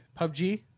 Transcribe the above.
PUBG